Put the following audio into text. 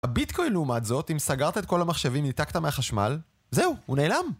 הביטקוין לעומת זאת, אם סגרת את כל המחשבים וניתקת מהחשמל, זהו, הוא נעלם.